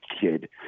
kid